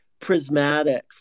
prismatics